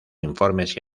informes